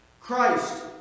Christ